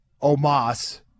Omas